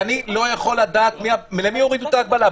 אני לא יכול לדעת למי הורידו את ההגבלה.